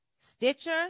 Stitcher